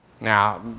now